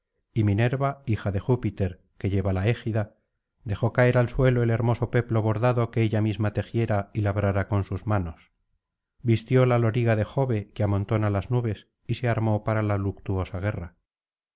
y minerva hija de júpiter que lleva la égida dejó caer al suelo el hermoso peplo bordado que ella misma tejiera y labrara con sus manos vistió la loriga de jove que amontona las nubes y se armó para la luctuosa guerra